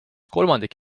kolmandik